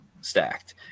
stacked